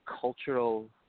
cultural